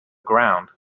ground